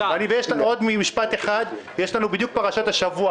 ועוד משפט אחד בפרשת השבוע,